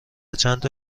چندتا